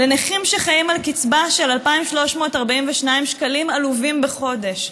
לנכים שחיים על קצבה של 2,342 שקלים עלובים בחודש,